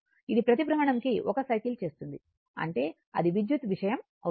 ఇది ప్రతి భ్రమణంకి 1 సైకిల్ చేస్తుంది అంటే ఇది విద్యుత్ విషయం అవుతుంది